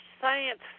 science